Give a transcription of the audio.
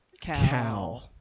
Cow